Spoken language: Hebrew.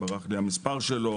ברח לי המספר שלו,